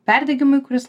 perdegimui kuris